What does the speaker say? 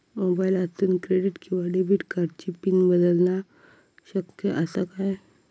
मोबाईलातसून क्रेडिट किवा डेबिट कार्डची पिन बदलना शक्य आसा काय?